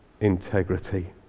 integrity